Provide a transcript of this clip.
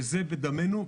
וזה בדמנו.